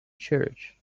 church